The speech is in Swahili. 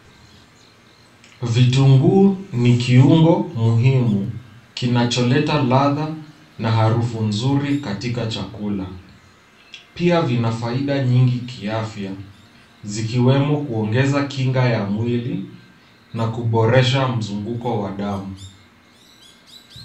Vitunguu ni kiungo muhimu kinacholeta ladha na harufu nzuri katika chakula. Pia vina faida nyingi kiafya zikiwemo kuongeza kinga ya mwili na kuboresha mzunguko wa damu.